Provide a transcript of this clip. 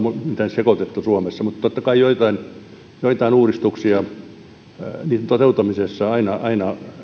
sekoitettu suomessa mutta totta kai joitain joitain uudistuksia niiden toteuttamisessa aina aina